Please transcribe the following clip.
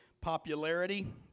Popularity